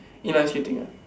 inline skating ah